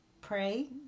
pray